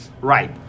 Right